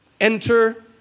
enter